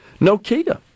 Nokia